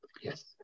Yes